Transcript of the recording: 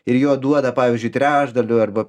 ir jo duoda pavyzdžiui trečdaliu arba